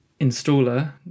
installer